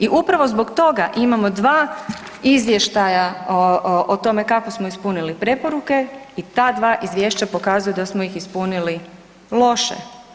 I upravo zbog toga imamo dva izvještaja o tome kako smo ispunili preporuke i ta dva izvješća pokazuju da smo ih ispunili loše.